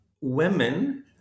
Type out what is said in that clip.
women